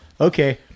okay